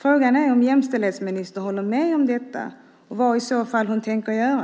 Frågan är om jämställdhetsministern håller med om detta och vad hon i så fall tänker göra.